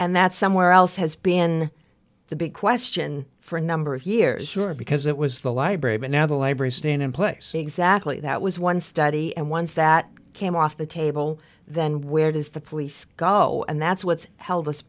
and that's somewhere else has been the big question for a number of years because it was the library but now the library stand in place exactly that was one study and once that came off the table then where does the police go and that's what's held us